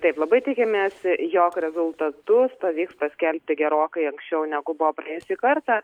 taip labai tikimės jog rezultatus pavyks paskelbti gerokai anksčiau negu buvo praėjusį kartą